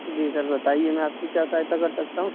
جی sir بتائیے میں آپ کی کیا سہایتا کر سکتا ہوں